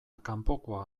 kanpokoa